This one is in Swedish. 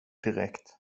direkt